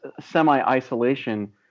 semi-isolation